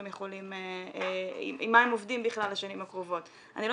הם יכולים --- עם מה הם עובדים בכלל לשנים הקרובות אני לא